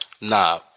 Nah